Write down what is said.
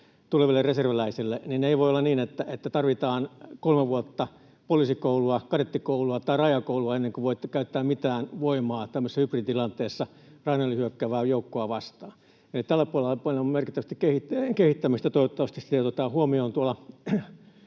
tuleville reserviläiselle — niin tarvitaan kolme vuotta poliisikoulua, kadettikoulua tai rajakoulua ennen kuin voi käyttää mitään voimaa tämmöisessä hybriditilanteessa rajan yli hyökkäävää joukkoa vastaan. Eli tällä puolella on merkittävästi kehittämistä. Toivottavasti se nostetaan puolustusselonteossa